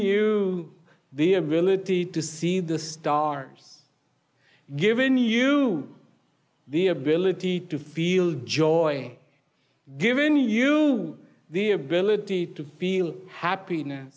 you the ability to see the stars given you the ability to feel joy given you the ability to feel happy now